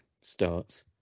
starts